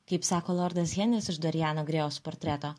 kaip sako lordas henris iš doriano grėjaus portreto